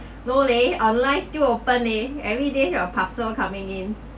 no leh our lines still open eh everyday your parcel coming in